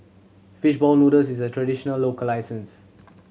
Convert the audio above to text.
fish ball noodles is a traditional local license